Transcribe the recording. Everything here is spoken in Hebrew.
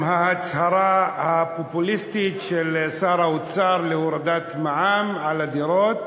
ההצהרה הפופוליסטית של שר האוצר על הורדת המע"מ על הדירות